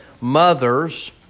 mothers